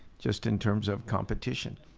just in terms of competition,